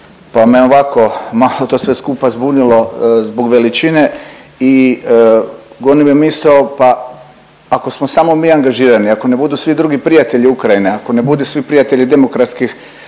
pa me ovako malo sve to skupa zbunilo zbog veličine i goni me misao, pa ako smo samo mi angažirani, ako ne budu svi prijatelji Ukrajine, ako ne budu svi prijatelji demokratske